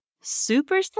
super